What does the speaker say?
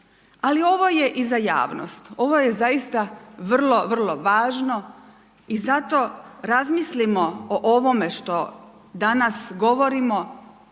Ali ovo je i za javnost. Ovo je zaista vrlo, vrlo važno i zato razmislimo o ovome što danas govorimo.